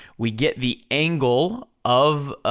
we get the angle of a,